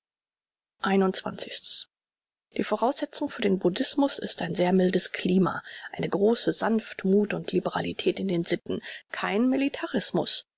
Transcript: die voraussetzung für den buddhismus ist ein sehr mildes klima eine große sanftmuth und liberalität in den sitten kein militarismus